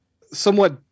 somewhat